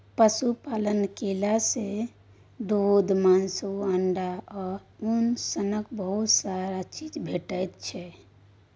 पशुपालन केला सँ दुध, मासु, अंडा आ उन सनक बहुत रास चीज भेटै छै